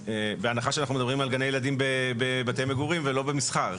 בהנחה שאנחנו מדברים על גני ילדים בבתי מגורים ולא במסחר.